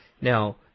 Now